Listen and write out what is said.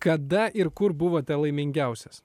kada ir kur buvote laimingiausias